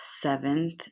seventh